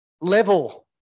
level